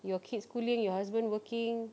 your kids schooling you husband working